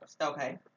Okay